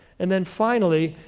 and then finally,